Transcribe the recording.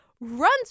runs